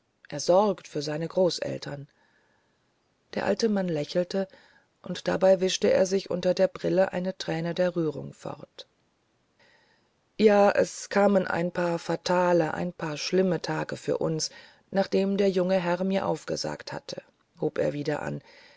er sorgt für seine großeltern der alte mann lächelte und dabei wischte er sich unter der brille eine thräne der rührung fort ja es kamen ein paar fatale ein paar schlimme tage für uns nachdem der junge herr mir aufgesagt hatte hob er wieder an